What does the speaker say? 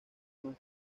más